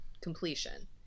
completion